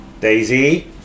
Daisy